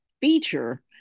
feature